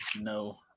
no